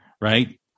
right